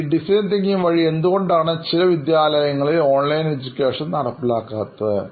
ഈ design thinking വഴി എന്തുകൊണ്ടാണ് ചില വിദ്യാലയങ്ങളിൽ ഓൺലൈൻ എഡ്യൂക്കേഷൻ നടപ്പിലാക്കാത്തത്